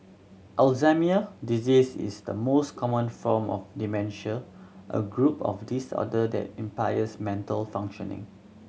Alzheimer disease is the most common form of dementia a group of disorder that impairs mental functioning